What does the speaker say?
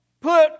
put